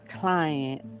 client